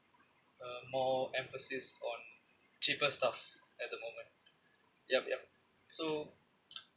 uh more emphasis on cheaper stuff at the moment yup yup so